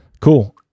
Cool